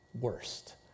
worst